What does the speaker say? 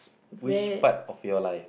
which part of your life